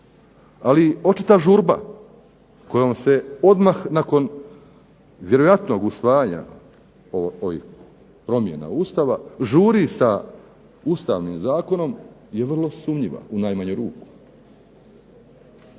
Ali očita žurba kojom se odmah nakon vjerojatnog usvajanja ovih promjena Ustava žuri sa Ustavnim zakonom je vrlo sumnjiva u najmanju ruku